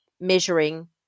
measuring